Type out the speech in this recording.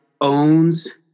owns